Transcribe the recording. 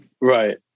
right